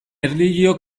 erlijio